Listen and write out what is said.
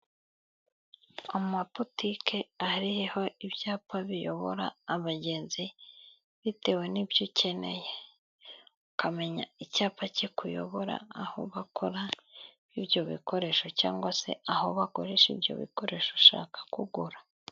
Amapotiki ahaho ibyapa biyobora abagenzi bitewe n'ibyo ukeneye ukamenya, icyapa kikuyobora aho bakora ibyo bikoresho cyangwa, se aho bakoresha ibyo bikoresho ushaka kugura.